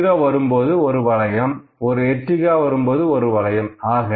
ஒரு Celero வரும்போது ஒரு வளையம் ஒரு Ertiga வரும்போது ஒரு வளையம்